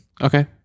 Okay